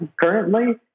currently